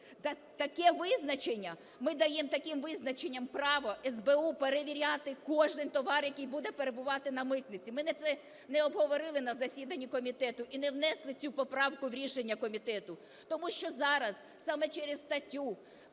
таке визначення, ми даємо таким визначенням право СБУ перевіряти кожен товар, який буде перебувати на митниці. Ми це не обговорили на засіданні комітету і не внесли цю поправку в рішення комітету. Тому що зараз саме через статтю